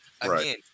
Again